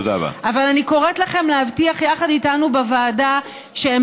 אבל אני קוראת לכם להבטיח יחד איתנו בוועדה שהם